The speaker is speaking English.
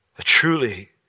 Truly